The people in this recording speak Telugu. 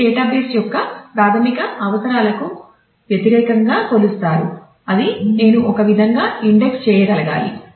డేటాబేస్ యొక్క ప్రాథమిక అవసరాలకు వ్యతిరేకంగా కొలుస్తారు అది నేను ఒక విధంగా ఇండెక్స్ చేయగలగాలి